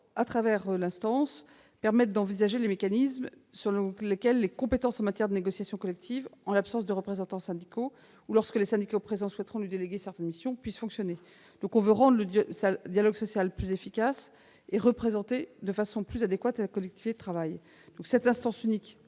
À travers l'instance, on doit permettre d'envisager les mécanismes selon lesquels les compétences en matière de négociations collectives, en l'absence de représentants syndicaux ou lorsque les syndicats présents souhaiteront lui déléguer certaines missions, pourront fonctionner. Il s'agit de rendre le dialogue social plus efficace et de représenter de façon plus adéquate la collectivité de travail. Cette instance unique